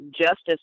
justice